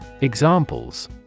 Examples